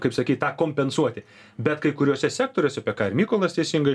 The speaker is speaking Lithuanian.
kaip sakyt tą kompensuoti bet kai kuriuose sektoriuose apie ką ir mykolas teisingai